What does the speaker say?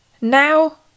Now